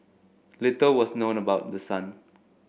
little was known about the son